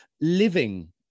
living